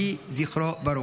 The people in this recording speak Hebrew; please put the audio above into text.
יהי זכרו ברוך.